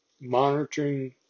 Monitoring